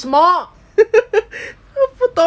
我不懂 then